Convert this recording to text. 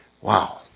Wow